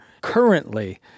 currently